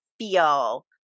feel